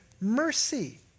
mercy